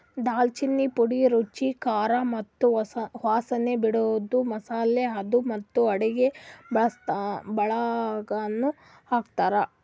ದಾಲ್ಚಿನ್ನಿ ಪುಡಿ ರುಚಿ, ಖಾರ ಮತ್ತ ವಾಸನೆ ಬಿಡದು ಮಸಾಲೆ ಅದಾ ಮತ್ತ ಅಡುಗಿ ಒಳಗನು ಹಾಕ್ತಾರ್